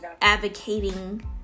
advocating